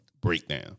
breakdown